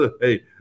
hey